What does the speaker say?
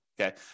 Okay